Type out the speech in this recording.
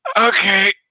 Okay